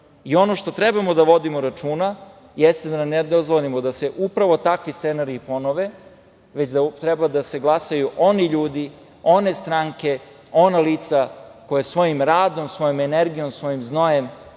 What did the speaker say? i ono što treba da vodimo računa jeste da nam ne dozvolimo da se upravo takvi scenariji ponove, već da treba da se glasaju oni ljudi, one stranke, ona lica koji svojim radom, svojom energijom, svojim znojem